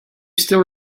still